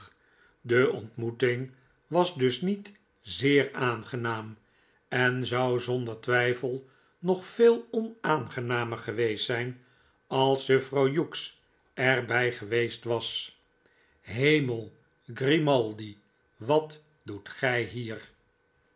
de ontmoeting was dus niet zeer aangenaam en zou zonder twijfel nog veel onaangenamer geweest zijn als juffrouw hughes er bij geweest was hemel grimaldi wat doet gij hier